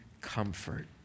comfort